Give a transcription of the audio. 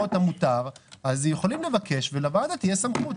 מגבולות המותר אז יכולים לבקש דיון ולוועדה תהיה סמכות.